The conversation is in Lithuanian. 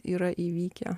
yra įvykę